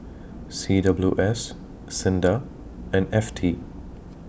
C W S SINDA and F T